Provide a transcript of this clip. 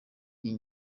iyi